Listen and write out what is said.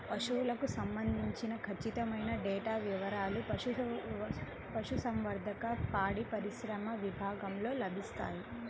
పశువులకు సంబంధించిన ఖచ్చితమైన డేటా వివారాలు పశుసంవర్ధక, పాడిపరిశ్రమ విభాగంలో లభిస్తాయి